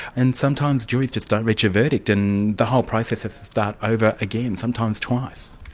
and sometimes juries just don't reach a verdict and the whole process has to start over again, sometimes twice.